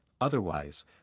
otherwise